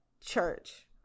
church